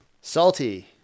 Salty